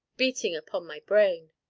beating upon my brain.